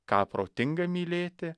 ką protinga mylėti